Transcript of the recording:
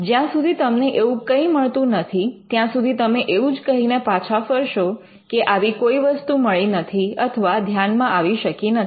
જ્યાં સુધી તમને એવું કંઈ મળતું નથી ત્યાં સુધી તમે એવું જ કહીને પાછા ફરશો કે આવી કોઈ વસ્તુ મળી નથી અથવા ધ્યાનમાં આવી શકી નથી